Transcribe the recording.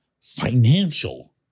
financial